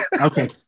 Okay